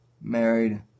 married